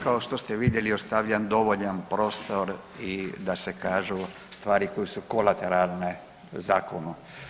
Kao što ste vidjeli, ostavljam dovoljan prostor i da se kažu stvari koje su kolateralne zakonu.